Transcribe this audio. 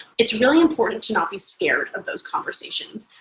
it's really important to not be scared of those conversations.